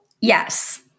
yes